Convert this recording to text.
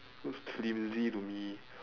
looks flimsy to me